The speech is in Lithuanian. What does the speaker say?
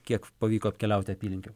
kiek pavyko apkeliauti apylinkių